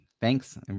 Thanks